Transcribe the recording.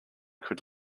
could